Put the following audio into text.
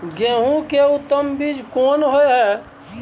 गेहूं के उत्तम बीज कोन होय है?